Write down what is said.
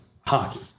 hockey